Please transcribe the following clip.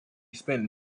spent